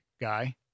guy